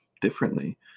differently